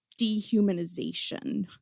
dehumanization